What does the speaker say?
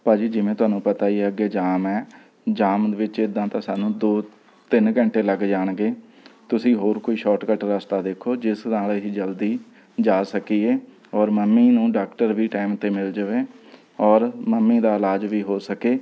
ਭਾਜੀ ਜਿਵੇਂ ਤੁਹਾਨੂੰ ਪਤਾ ਹੀ ਹੈ ਅੱਗੇ ਜਾਮ ਹੈ ਜਾਮ ਦੇ ਵਿੱਚ ਇੱਦਾਂ ਤਾਂ ਸਾਨੂੰ ਦੋ ਤਿੰਨ ਘੰਟੇ ਲੱਗ ਜਾਣਗੇ ਤੁਸੀਂ ਹੋਰ ਕੋਈ ਸ਼ਾਰਟਕੱਟ ਰਸਤਾ ਦੇਖੋ ਜਿਸ ਨਾਲ ਅਸੀਂ ਜਲਦੀ ਜਾ ਸਕੀਏ ਔਰ ਮੰਮੀ ਨੂੰ ਡਾਕਟਰ ਵੀ ਟੈਮ 'ਤੇ ਮਿਲ ਜਾਵੇ ਔਰ ਮੰਮੀ ਦਾ ਇਲਾਜ ਵੀ ਹੋ ਸਕੇ